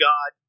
God